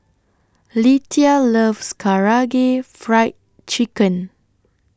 Lethia loves Karaage Fried Chicken